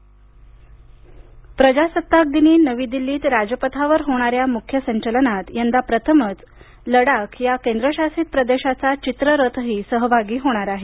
लडाख चित्ररथ प्रजासत्ताक दिनी नवी दिल्लीत राजपथावर होणाऱ्या मुख्य संचलनात यंदा प्रथमच लडाख या केंद्र शासित प्रदेशाचा चित्ररथ सहभागी होणार आहे